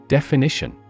Definition